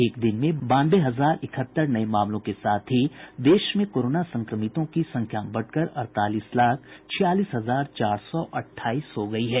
एक दिन में बानवे हजार इकहत्तर नये मामलों के साथ ही देश में कोरोना संक्रमितों की संख्या बढ़कर अड़तालीस लाख छियालीस हजार चार सौ अठाईस हो गयी है